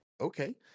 Okay